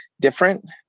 different